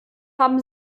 haben